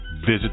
visit